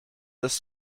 this